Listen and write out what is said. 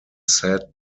said